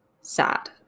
sad